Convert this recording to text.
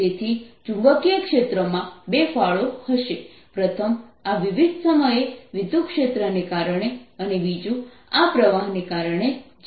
તેથી ચુંબકીય ક્ષેત્રમાં બે ફાળો હશે પ્રથમ આ વિવિધ સમયે વિદ્યુતક્ષેત્રને કારણે અને બીજું આ પ્રવાહને કારણે જે વાયરમાંથી વહી રહ્યું છે